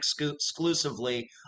exclusively